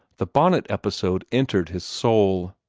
the bonnet episode entered his soul.